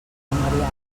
engabiat